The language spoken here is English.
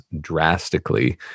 drastically